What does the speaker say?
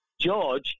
George